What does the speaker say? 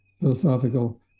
philosophical